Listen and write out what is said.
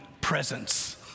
presence